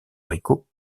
rico